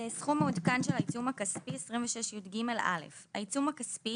26יגסכום מעודכן של העיצום הכספי העיצום הכספי